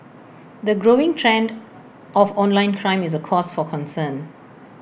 the growing trend of online crime is A cause for concern